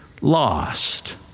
lost